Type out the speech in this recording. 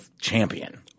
champion